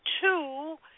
two